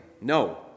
no